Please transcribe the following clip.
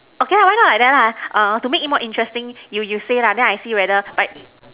okay lah why not like that lah err to make it more interesting you you say lah then I see whether right